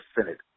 Senate